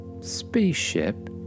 Spaceship